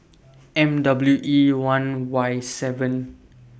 M W E one Y seven